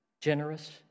generous